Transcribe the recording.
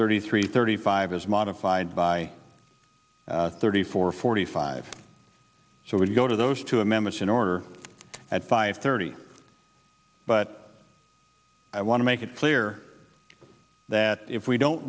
thirty three thirty five as modified by thirty four forty five so would go to those two amendments in order at five thirty but i want to make it clear that if we don't